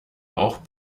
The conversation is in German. auch